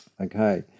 Okay